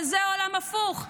אבל זה עולם הפוך.